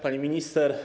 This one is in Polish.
Pani Minister!